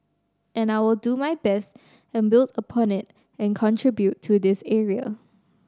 and I will do my best and build upon it and contribute to this area